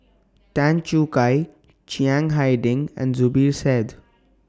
Tan Choo Kai Chiang Hai Ding and Zubir Said